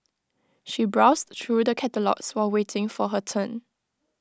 she browsed through the catalogues while waiting for her turn